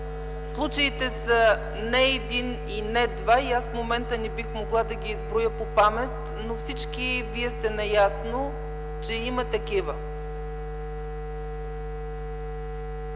Случаите са не един и не два и аз в момента не бих могла да изброя по памет, но всички вие сте наясно, че има такива.